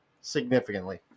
Significantly